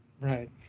right